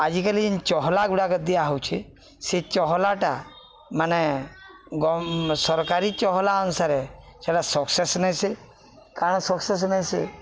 ଆଜିକାଲି ଯେନ୍ ଚହଲା ଗୁଡ଼ାକ ଦିଆହଉଚେ ସେ ଚହଲାଟା ମାନେ ଗମ୍ ସରକାରୀ ଚହଲା ଅନୁସାରେ ସେଇଟା ସକ୍ସେସ ନେଇଁସି କାଣ ସକ୍ସେସ ନେଇସି